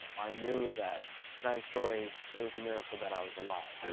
i knew that nine stories it was a miracle that i was alive.